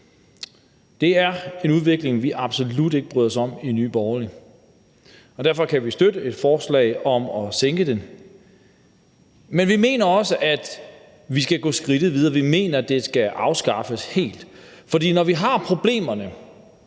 Det er en udvikling, vi absolut ikke bryder os om i Nye Borgerlige, og derfor kan vi støtte et forslag om at sænke generationsbeskatningen. Men vi mener også, at vi skal gå skridtet videre. Vi mener, at den helt skal afskaffes, for når vi har problemerne